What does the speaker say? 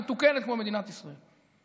מתוקנת כמו מדינת ישראל.